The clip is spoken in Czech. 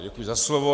Děkuji za slovo.